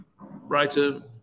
writer